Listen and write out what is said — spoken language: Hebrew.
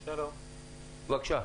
בבקשה.